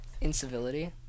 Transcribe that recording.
Incivility